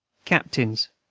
captains